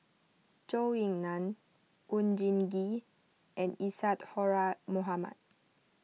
Zhou Ying Nan Oon Jin Gee and Isadhora Mohamed